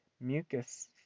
mucus